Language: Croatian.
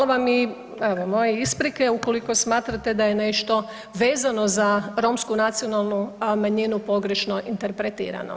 Evo moje isprike ukoliko smatrate da je nešto vezano za romsku nacionalnu manjina pogrešno interpretirano.